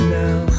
now